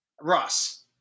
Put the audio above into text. ross